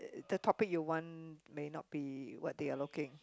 the topic you want may not be what they're looking